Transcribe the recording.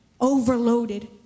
overloaded